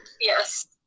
yes